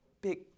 big